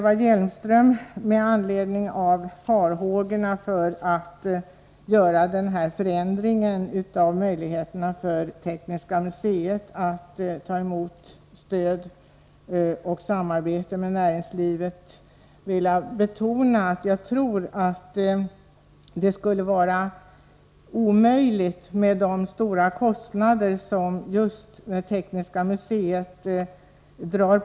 Eva Hjelmström uttalade farhågor när det gällde den förändring som föreslagits i fråga om Tekniska museets möjligheter att ta emot stöd och att samarbeta med näringslivet. Jag tror att det skulle vara omöjligt att göra på något annat sätt med hänsyn till de stora kostnader som just Tekniska museet har.